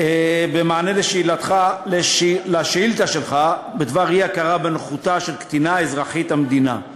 במענה על השאילתה שלך בדבר אי-הכרה בנוכחותה של קטינה אזרחית המדינה,